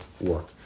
work